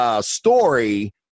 story